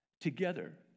together